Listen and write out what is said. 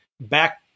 back